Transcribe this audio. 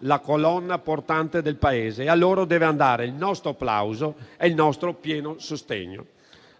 la colonna portante del Paese e a loro devono andare il nostro plauso e il nostro pieno sostegno.